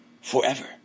forever